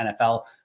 NFL